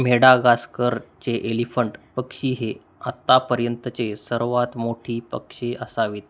मेडागासकरचे elephant पक्षी हे आत्तापर्यंतचे सर्वात मोठी पक्षी असावेत